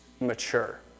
mature